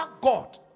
God